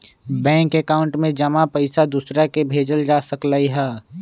bank account में जमा पईसा दूसरा के भेजल जा सकलई ह